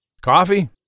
Coffee